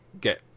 get